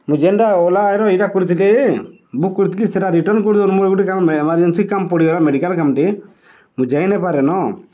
ମୁଁ ଜେନ୍ଟା ଓଲା ଇର ଇଟା କରିଥିଲି ବୁକ୍ କରିଥିଲି ସେଟା ରିଟର୍ନ୍ କରିଦଉନ୍ ମୁଇଁ ଆଉ ଗୁଟେ କାମ୍ ଏମର୍ଜେନ୍ସି କାମ୍ ପଡ଼ିଗଲା ମେଡ଼ିକାଲ୍ କାମ୍ଟେ ମୁଇଁ ଯାଇ ନାଇ ପାରେନ